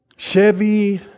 Chevy